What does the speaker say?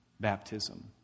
baptism